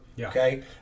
Okay